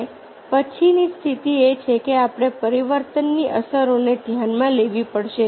અને પછીની સ્થિતિ એ છે કે આપણે પરિવર્તનની અસરોને ધ્યાનમાં લેવી પડશે